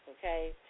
okay